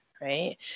right